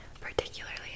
particularly